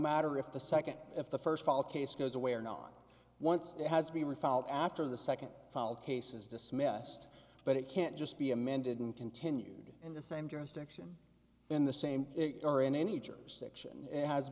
matter if the second if the first fall case goes away or not once it has to be resolved after the second case is dismissed but it can't just be amended and continued in the same jurisdiction in the same it or in any jurisdiction